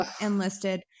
enlisted